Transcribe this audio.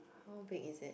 how big is it